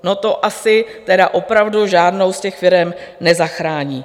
No to asi tedy opravdu žádnou z těch firem nezachrání.